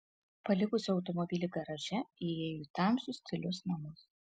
palikusi automobilį garaže ji įėjo į tamsius tylius namus